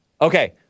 Okay